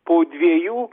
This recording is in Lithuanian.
po dviejų